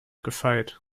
gefeit